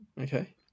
Okay